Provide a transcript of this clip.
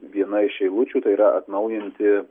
viena iš eilučių tai yra atnaujinti